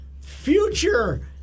future